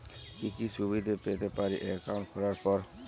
কি কি সুবিধে পেতে পারি একাউন্ট খোলার পর?